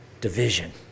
division